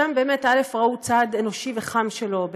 שם ראו צד אנושי וחם שלו,